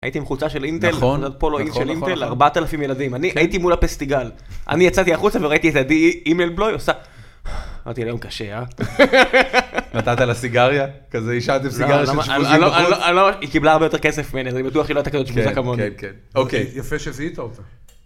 הייתי עם חולצה של אינטל, נכון, פולו של אינטל, נכון, נכון, ארבעת אלפים ילדים, אני הייתי מול הפסטיגל. אני יצאתי החוצה וראיתי את עדי הימלבלוי עושה "הה", אמרתי לה, יום קשה, אה? נתת לה סיגריה, כזה אישה עדיף סיגריה של שבוזים בחוץ? אנ'לא, אנ'לא... היא קיבלה הרבה יותר כסף ממני, אז אני בטוח שהיא לא הייתה כזאת שבוזה כמוני. כן, כן. אוקיי, יפה שזיהית אותה.